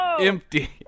empty